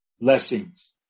Blessings